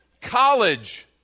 College